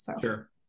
Sure